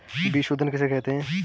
बीज शोधन किसे कहते हैं?